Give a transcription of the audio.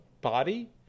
body